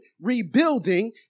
rebuilding